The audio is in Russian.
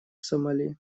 сомали